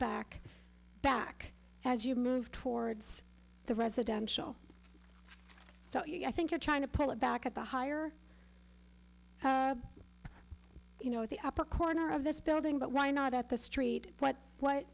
back back as you move towards the residential so i think you're trying to pull it back at the higher you know the upper corner of this building but why not at the street what wh